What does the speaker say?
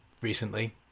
recently